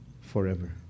forever